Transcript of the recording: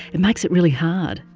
it makes it really hard.